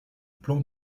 plan